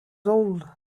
old